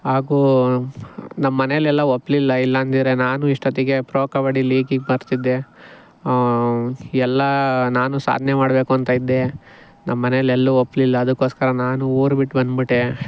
ಹಾಗೂ ನಮ್ಮನೆಲ್ಲೆಲ್ಲ ಒಪ್ಲಿಲ್ಲ ಇಲ್ಲಂದಿದ್ರೆ ನಾನು ಇಷ್ಟೊತ್ತಿಗೆ ಪ್ರೊ ಕಬಡ್ಡಿ ಲೀಗಿಗೆ ಬರ್ತಿದ್ದೆ ಎಲ್ಲ ನಾನು ಸಾಧ್ನೆ ಮಾಡಬೇಕು ಅಂತ ಇದ್ದೆ ನಮ್ಮನೆಲ್ಲೆಲ್ಲೂ ಒಪ್ಲಿಲ್ಲ ಅದಕ್ಕೋಸ್ಕರ ನಾನು ಊರು ಬಿಟ್ಬನ್ಬಿಟ್ಟೆ